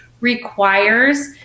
requires